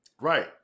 Right